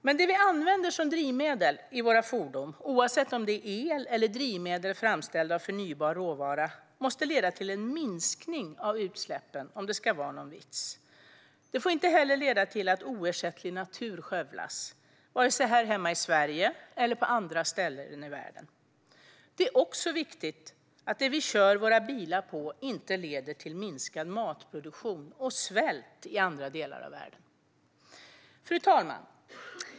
Men det vi använder som drivmedel i våra fordon, oavsett om det är el eller drivmedel framställda av förnybar råvara, måste leda till en minskning av utsläppen om det ska vara någon vits. Det får inte heller leda till att oersättlig natur skövlas vare sig här hemma i Sverige eller på andra ställen i världen. Det är också viktigt att det vi kör våra bilar på inte leder till minskad matproduktion och svält i andra delar av världen. Fru talman!